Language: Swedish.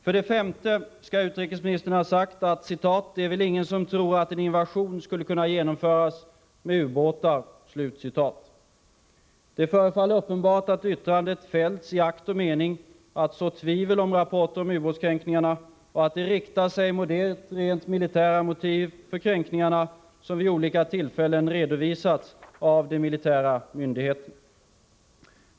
För det femte skall utrikesministern ha sagt: ”Det är väl ingen som tror att en invasion skulle kunna göras med ubåtar.” Det förefaller uppenbart att yttrandet fällts i akt och mening att så tvivel om rapporten om ubåtskränkningarna och att det riktar sig mot de rent militära motiv för kränkningarna som vid olika tillfällen har redovisats av de militära myndigheterna.